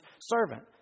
servant